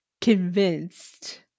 convinced